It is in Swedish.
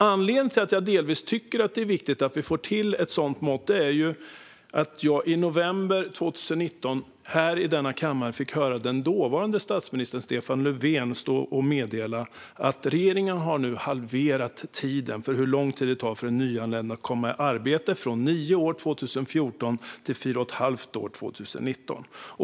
Anledningen till att jag tycker att det är viktigt att vi får till ett sådant mått är delvis att jag i november 2019 här i denna kammare fick höra den dåvarande statsministern Stefan Löfven meddela att regeringen hade halverat den tid som det tar för en nyanländ att komma i arbete från nio år 2014 till fyra och ett halvt år 2019.